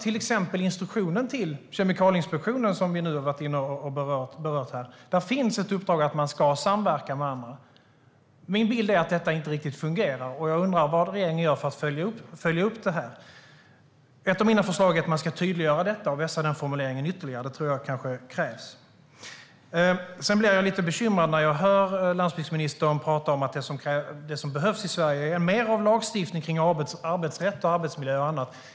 I till exempel instruktionen till Kemikalieinspektionen, som vi har berört här, finns det ett uppdrag att samverka med andra. Min bild är att detta inte riktigt fungerar, och jag undrar vad regeringen gör för att följa upp det. Ett av mina förslag är att man ska tydliggöra detta och vässa formuleringen ytterligare; det tror jag kanske krävs. Jag blir lite bekymrad när jag hör landsbygdsministern prata om att det som behövs i Sverige är mer av lagstiftning kring arbetsrätt, arbetsmiljö och annat.